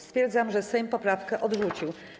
Stwierdzam, że Sejm poprawkę przyjął.